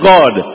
God